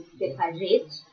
separate